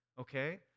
Okay